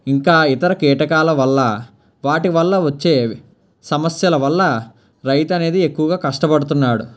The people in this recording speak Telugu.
ఇంకా ఇతర కీటకాల వల్ల వాటి వల్ల వచ్చే సమస్యల వల్ల రైతు అనేది ఎక్కువగా కష్టపడుతున్నాడు